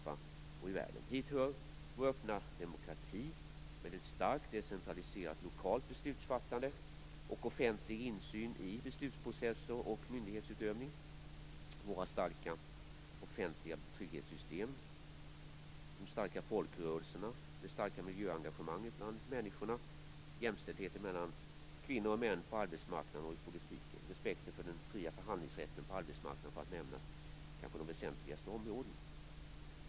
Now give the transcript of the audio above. Hit hör - för att nämna de kanske väsentligaste områdena - vår öppna demokrati, med ett starkt decentraliserat lokalt beslutsfattande och offentlig insyn i beslutsprocesser och myndighetsutövning, våra starka offentliga trygghetssystem, de starka folkrörelserna, det starka miljöengagemanget bland människorna, jämställdheten mellan kvinnor och män på arbetsmarknaden och i politiken och respekten för den fria förhandlingsrätten på arbetsmarknaden.